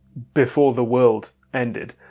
before the world ended,